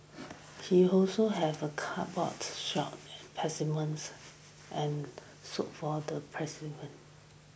he also have a cupboard stocked specimens and soaked for the